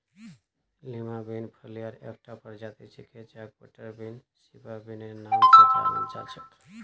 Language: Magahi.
लीमा बिन फलियार एकता प्रजाति छिके जहाक बटरबीन, सिवा बिनेर नाम स जानाल जा छेक